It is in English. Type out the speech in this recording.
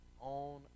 on